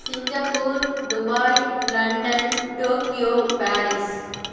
Singapore Dubai London Tokyo Paris